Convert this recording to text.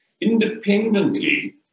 independently